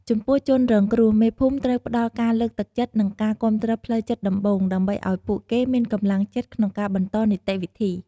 ចំពោះជនរងគ្រោះ មេភូមិត្រូវផ្ដល់ការលើកទឹកចិត្ត និងការគាំទ្រផ្លូវចិត្តដំបូង ដើម្បីឲ្យពួកគេមានកម្លាំងចិត្តក្នុងការបន្តនីតិវិធី។